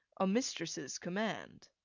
a mistress's command.